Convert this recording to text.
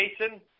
Jason